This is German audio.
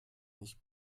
nicht